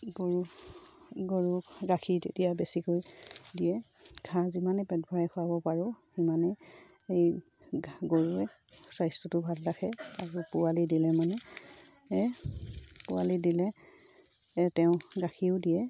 গৰু গৰুক গাখীৰ তেতিয়া বেছিকৈ দিয়ে ঘাঁহ যিমানে পেট ভৰাই খুৱাব পাৰোঁ সিমানেই এই গৰুৱে স্বাস্থ্যটো ভাল ৰাখে আৰু পোৱালি দিলে মানে পোৱালি দিলে তেওঁ গাখীৰও দিয়ে